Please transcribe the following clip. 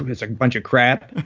it's a bunch a crap.